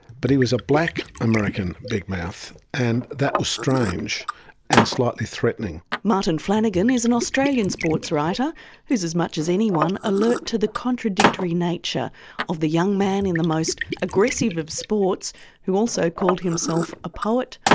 but he was a black american big-mouth, and that was strange and slightly threatening. martin flanagan is an australian sportswriter who's as much as anyone alert to the contradictory nature of the young man in the most aggressive of sports who also called himself a poet,